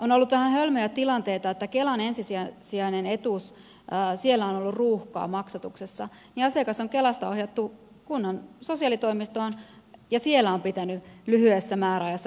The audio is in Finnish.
on ollut vähän hölmöjä tilanteita että kun kelan ensisijaisen etuuden maksatuksessa on ollut ruuhkaa niin asiakas on kelasta ohjattu kunnan sosiaalitoimistoon ja siellä on pitänyt lyhyessä määräajassa myöntää se toimeentulotuki